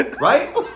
Right